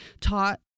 taught